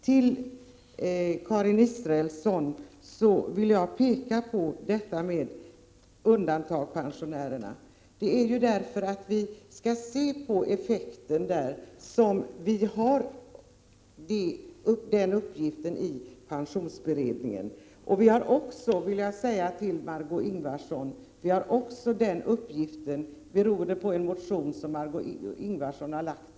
För Karin Israelsson vill jag peka på att det är för att se på effekterna för undantagandepensionärerna som pensionsberedningen har fått i uppdrag att göra en kartläggning. Den uppgiften har vi också, vill jag säga till Margéö Ingvardsson, beroende på en motion som Margö Ingvardsson har väckt.